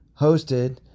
hosted